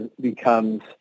becomes